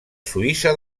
suïssa